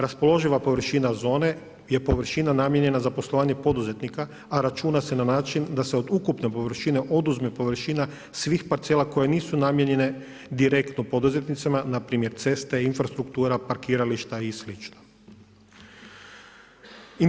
Raspoloživa površina zone je površina namijenjena za poslovanje poduzetnika, a računa se na način da se od ukupne površine oduzme površina svih parcela koje nisu namijenjene direktno poduzetnicima, npr. ceste, infrastruktura, parkirališta i slično.